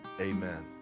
amen